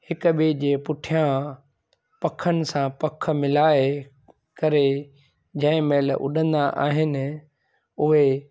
हिक ॿिए जे पुठियां पखन सां पख मिलाए करे जंहिं महिल उॾंदा आहिनि उहे